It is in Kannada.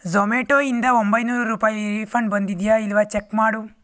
ಝೊಮ್ಯಾಟೊ ಇಂದ ಒಂಬೈನೂರು ರೂಪಾಯಿ ರೀಫಂಡ್ ಬಂದಿದೆಯಾ ಇಲ್ವ ಚೆಕ್ ಮಾಡು